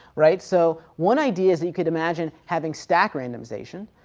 right. so one idea is that you can imagine having stack randomization,